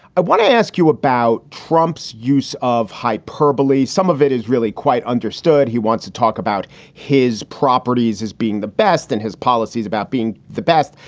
i want to ask you about trump's use of hyperbole, some of it is really quite understood. he wants to talk about his properties as being the best in his policies, about being the best.